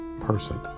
person